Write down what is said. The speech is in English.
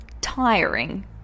tiring